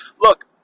look